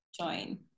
join